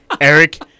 Eric